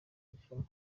rushanwa